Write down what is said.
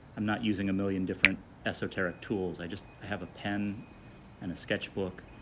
i'm not using a million different esoteric tools. i just have a pen and a sketchbook.